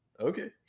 Okay